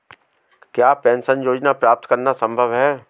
क्या पेंशन योजना प्राप्त करना संभव है?